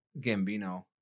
Gambino